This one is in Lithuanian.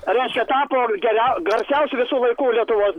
reiškia tapo geriau garsiausiu visų laikų lietuvos